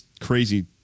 crazy